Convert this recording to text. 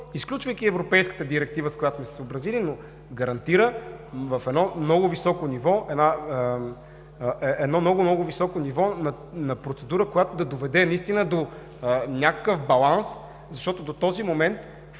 изключвайки Европейската директива, с която сме се съобразили, но гарантира едно много, много високо ниво на процедура, която да доведе наистина до някакъв баланс, защото до този момент